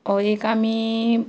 हय एक आमी